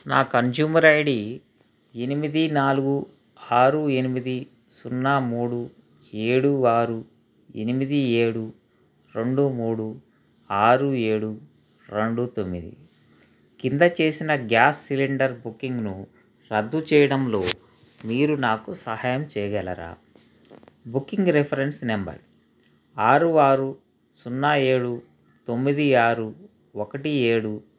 నా consumer I D ఎనిమిది నాలుగు ఆరు ఎనిమిది సున్నా మూడు ఏడు ఆరు ఎనిమిది ఏడు రెండు మూడు ఆరు ఏడు రెండు తొమ్మిది కింద చేసిన గ్యాస్ సిలిండర్ బుకింగ్ను రద్దు చేయడంలో మీరు నాకు సహాయం చేయగలరా బుకింగ్ రిఫరెన్స్ నంబర్ ఆరు ఆరు సున్నా ఏడు తొమ్మిది ఆరు ఒకటి ఏడు